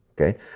okay